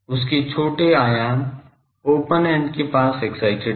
उस के छोटे आयाम ओपन एन्ड के पास एक्ससिटेड हैं